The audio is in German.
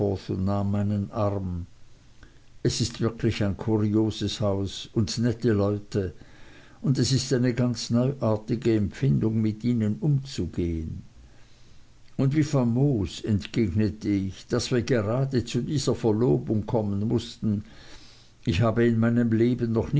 arm es ist wirklich ein kurioses haus und nette leute und es ist eine ganz neuartige empfindung mit ihnen umzugehen und wie famos entgegnete ich daß wir grade zu dieser verlobung kommen mußten ich habe in meinem leben noch